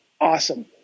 awesome